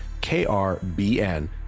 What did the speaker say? KRBN